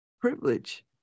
privilege